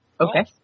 Okay